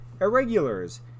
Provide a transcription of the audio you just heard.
irregulars